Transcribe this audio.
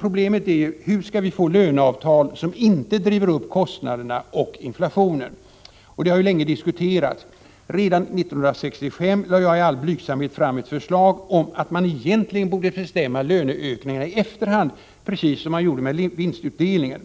Problemet är nämligen: Hur skall vi få löneavtal som inte driver upp kostnaderna och inflationen? Detta har diskuterats länge. Redan 1965 lade jag i all blygsamhet fram ett förslag om att man egentligen borde bestämma löneökningarna i efterhand, precis som man gjorde med vinstutdelningen.